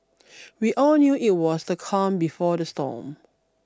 we all knew that it was the calm before the storm